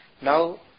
Now